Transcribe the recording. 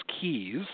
keys